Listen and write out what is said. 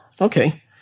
Okay